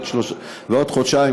ועוד חודשיים,